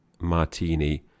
Martini